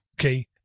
Okay